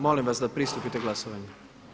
Molim vas da pristupite glasovanju.